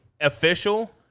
official